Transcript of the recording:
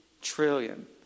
trillion